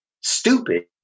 stupid